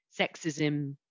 sexism